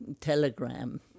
telegram